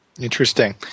Interesting